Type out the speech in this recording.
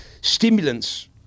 stimulants